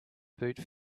boots